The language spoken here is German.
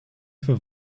für